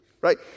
Right